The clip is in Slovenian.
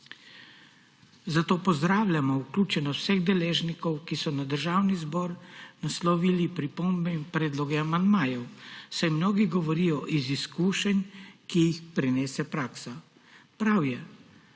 Zato pozdravljamo vključenost vseh deležnikov, ki so na Državni zbor naslovili pripombe in predloge amandmajev, saj mnogi govorijo iz izkušenj, ki jih prinese praksa. Prav je,